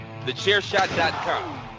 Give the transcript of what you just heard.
TheChairShot.com